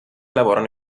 lavorano